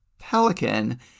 pelican